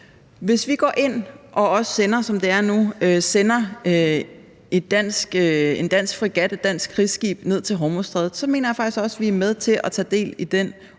er nu, går ind og sender et dansk krigsskib ned til Hormuzstrædet, mener jeg faktisk også, vi er med til at tage del i den